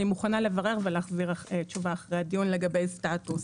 אני מוכנה לברר ולהחזיר לך תשובה אחרי הדיון לגבי הסטטוס.